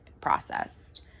processed